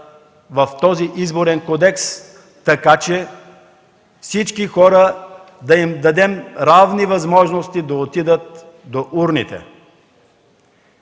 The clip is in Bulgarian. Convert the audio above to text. в този Изборен кодекс, така че на всички хора да дадем равни възможности да отидат до урните.